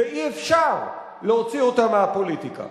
ואי-אפשר להוציא אותם מהפוליטיקה.